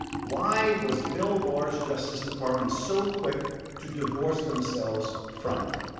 why was bill barr's justice department so quick to divorce themselves from it?